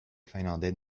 finlandais